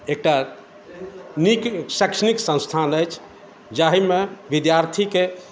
एकटा नीक शैक्षणिक संस्थान अछि जाहिमे विद्यार्थीके